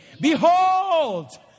Behold